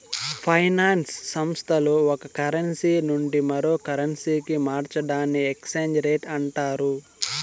finance సంస్థల్లో ఒక currency నుండి మరో కరెన్సీకి మార్చడాన్ని ఎక్స్చేంజ్ రేట్ అంటారు